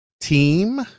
team